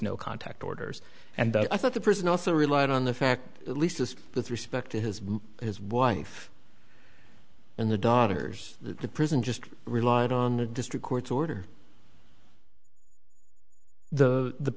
no contact orders and i thought the person also relied on the fact at least with respect to his his wife and the daughters the prison just relied on the district court order the